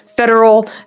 federal